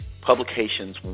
publications